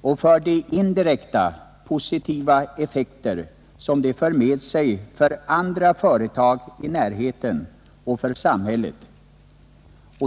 och för de indirekta positiva effekter som de för med sig för andra företag i närheten och för samhället.